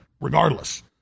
regardless